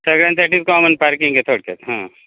सगळ्यांसाठी common parking आहे थोडक्यात हा